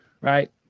right